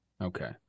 Okay